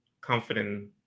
confident